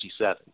1967